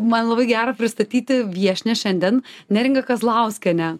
man labai gera pristatyti viešnią šiandien neringą kazlauskienę